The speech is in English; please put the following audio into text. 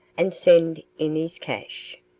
and send in his cash.